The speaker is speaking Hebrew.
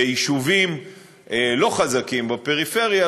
וביישובים לא חזקים בפריפריה,